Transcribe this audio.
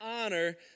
honor